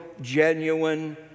genuine